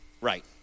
right